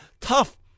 tough